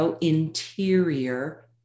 interior